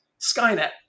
Skynet